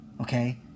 Okay